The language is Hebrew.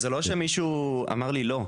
וזה לא שמישהו אמר לי 'לא',